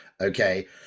Okay